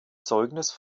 zeugnis